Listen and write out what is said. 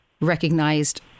recognized